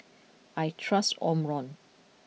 I trust Omron